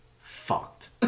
fucked